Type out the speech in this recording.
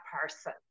person